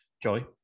Joey